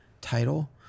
title